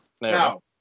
No